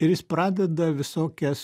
ir jis pradeda visokias